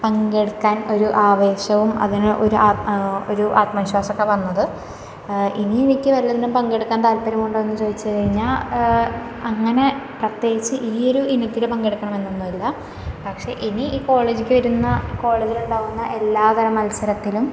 പങ്കെടുക്കാൻ ഒരു ആവേശവും അതിന് ഒരു ആത്മ ഒരു ആത്മവിശ്വാസമൊക്കെ വന്നത് ഇനിയും എനിക്ക് വല്ലതിലും പങ്കെടുക്കാൻ താൽപ്പര്യം ഉണ്ടോന്ന് ചോദിച്ച് കഴിഞ്ഞാൽ അങ്ങനെ പ്രത്യേകിച്ച് ഈ ഒരു ഇനത്തില് പങ്കെടുക്കണമെന്നൊന്നും ഇല്ല പക്ഷേ ഇനി ഈ കോളേജിലേക്ക് വരുന്ന കോളേജില് ഉണ്ടാവുന്ന എല്ലാ തരം മത്സരത്തിലും